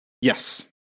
Yes